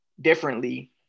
differently